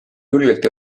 julgelt